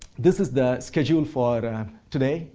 this is the schedule for and um today.